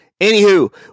Anywho